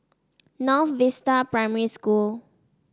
North Vista Primary School